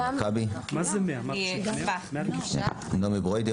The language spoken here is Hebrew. נעמי ברוידה,